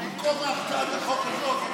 במקום הצעת החוק הזאת,